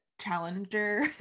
challenger